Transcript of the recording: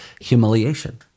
humiliation